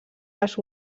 les